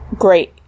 great